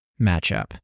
matchup